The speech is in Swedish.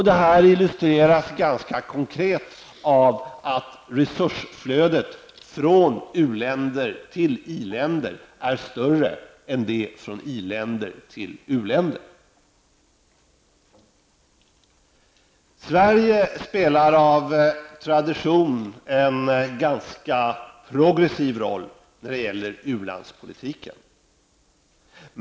Det här illustreras ganska konkret av att resursflödet från u-länderna till i-länderna är större än det är från i-länderna till u-länderna. Sverige spelar av tradition en ganska progressiv roll när det gäller u-landspolitiken.